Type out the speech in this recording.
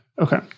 Okay